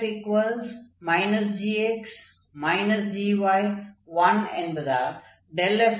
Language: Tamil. f gx gy1 என்பதால் f